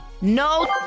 No